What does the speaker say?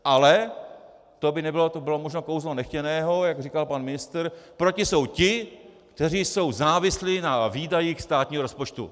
Ale to by bylo možná kouzlo nechtěného, jak říkal pan ministr, proti jsou ti, kteří jsou závislí na výdajích státního rozpočtu.